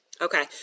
Okay